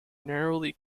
narrowly